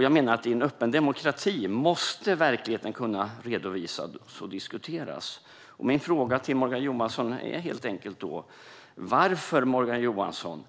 I en öppen demokrati måste verkligheten kunna redovisas och diskuteras. Min fråga till Morgan Johansson är helt enkelt: Varför, Morgan Johansson,